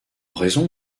raison